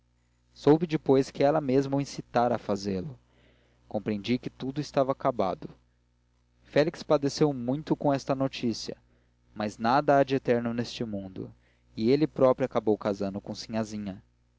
soube depois que ela mesma o incitara a fazê-lo compreendi que tudo estava acabado félix padeceu muito com esta notícia mas nada há eterno neste mundo e ele próprio acabou casando com sinhazinha